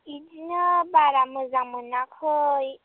बिदिनो बारा मोजां मोनाखै